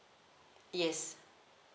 yes